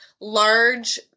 large